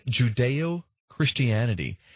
Judeo-Christianity